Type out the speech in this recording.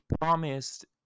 promised